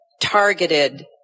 targeted